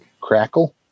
Crackle